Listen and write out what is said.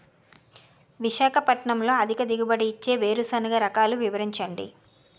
విశాఖపట్నంలో అధిక దిగుబడి ఇచ్చే వేరుసెనగ రకాలు వివరించండి?